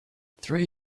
three